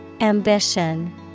Ambition